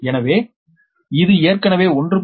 எனவே இது ஏற்கனவே 1